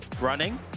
running